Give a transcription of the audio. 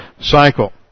cycle